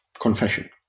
confession